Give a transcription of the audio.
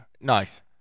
Nice